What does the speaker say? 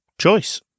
choice